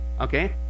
okay